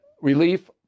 relief